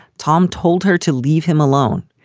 tom told her to leave him alone,